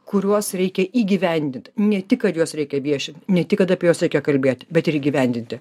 kuriuos reikia įgyvendint ne tik kad juos reikia viešit ne tik kad apie juos reikia kalbėt bet ir įgyvendinti